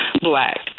black